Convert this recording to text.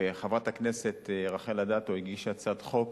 וחברת הכנסת רחל אדטו הגישה הצעת חוק